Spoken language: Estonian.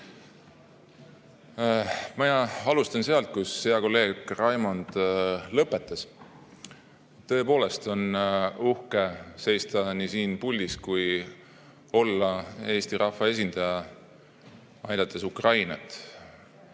Ma alustan sealt, kus hea kolleeg Raimond lõpetas. Tõepoolest on uhke seista nii siin puldis kui ka olla Eesti rahva esindaja, aidates Ukrainat.